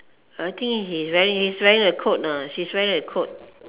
I think he's wearing he's wearing a coat ah she's wearing a coat